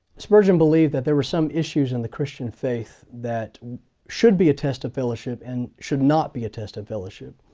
spurgeon believed that there were some issues in the christian faith that should be a test of fellowship and should not be a test of fellowship.